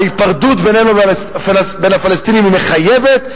ההיפרדות בינינו לבין הפלסטינים מחייבת,